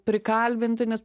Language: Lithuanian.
prikalbinti nes